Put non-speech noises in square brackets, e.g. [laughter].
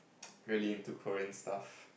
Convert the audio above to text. [noise] really into Korean stuff